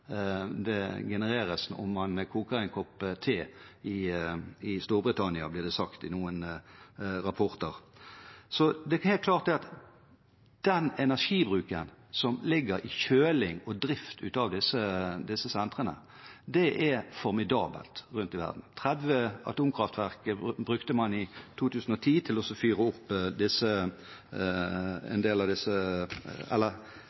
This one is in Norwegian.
det genereres om man koker en kopp te i Storbritannia, blir det sagt i noen rapporter. Så det er helt klart at den energibruken som ligger i kjøling og drift av disse sentrene, er formidabel rundt omkring i verden. Kraften fra 30 atomkraftverk blir brukt til datasentrene. Det er riktig som saksordføreren sier, at det er bred enighet i komiteen om hvor bra det er å få etablert datasentre i Norge. Så